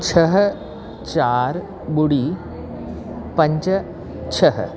छह चारि ॿुड़ी पंज छह